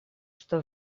что